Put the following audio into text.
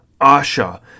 Asha